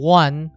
one